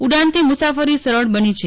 ઉડાનથી મુસાફરી સરળ બની છે